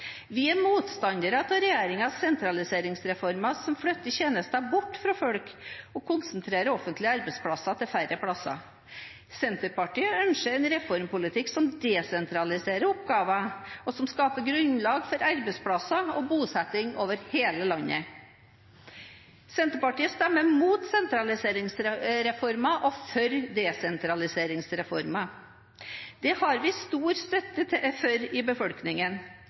Vi er motstandere av regjeringens sentraliseringsreformer som flytter tjenester bort fra folk og konsentrerer offentlige arbeidsplasser til færre steder. Senterpartiet ønsker en reformpolitikk som desentraliserer oppgaver, og som skaper grunnlag for arbeidsplasser og bosetting over hele landet. Senterpartiet stemmer mot sentraliseringsreformer og for desentraliseringsreformer. Det har vi stor støtte for i befolkningen.